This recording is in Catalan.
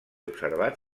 observat